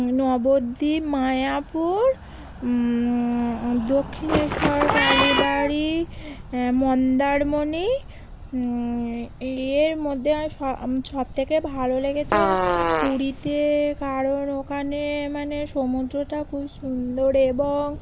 নবদ্বীপ মায়াপুর দক্ষিণেশ্বর কালী বাড়ি মন্দারমণি এর মধ্যে স আম সব থেকে ভালো লেগেছে পুরীতে কারণ ওখানে মানে সমুদ্রটা খুব সুন্দর এবং